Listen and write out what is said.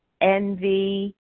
envy